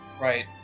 Right